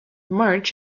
march